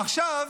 עכשיו